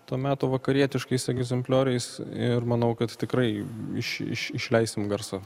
to meto vakarietiškais egzemplioriais ir manau kad tikrai iš iš išleisim garsą